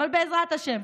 אבל בעזרת השם,